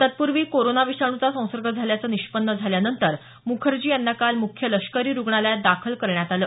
तत्पूर्वी कोरोना विषाणूचा संसर्ग झाल्याचं निष्पन्न झाल्यानंतर मुखर्जी यांना काल मुख्य लष्करी रुग्णालयात दाखल करण्यात आलं